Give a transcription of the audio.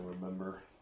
remember